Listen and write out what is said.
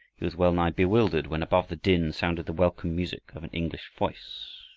he was well-nigh bewildered, when above the din sounded the welcome music of an english voice.